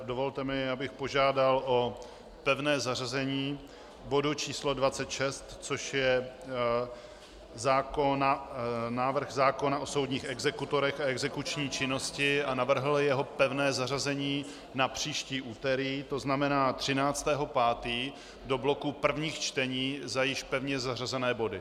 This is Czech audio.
Dovolte mi, abych požádal o pevné zařazení bodu číslo 26, což je návrh zákona o soudních exekutorech a exekuční činnosti, a navrhl jeho pevné zařazení na příští úterý, to znamená 13. 5., do bloku prvních čtení za již pevně zařazené body.